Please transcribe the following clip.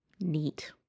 neat